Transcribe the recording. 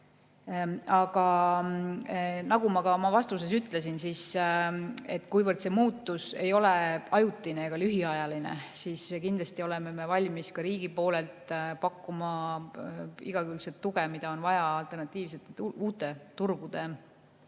Aga nagu ma oma vastuses ütlesin, kuivõrd see muutus ei ole ajutine ega lühiajaline, siis kindlasti oleme me valmis ka riigi poolt pakkuma igakülgset tuge, mida on vaja uute, alternatiivsete turgude